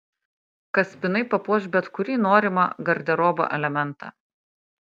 kaspinai papuoš bet kurį norimą garderobo elementą